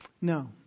No